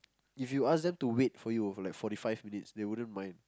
if you ask them to wait for you over like forty five minutes they wouldn't mind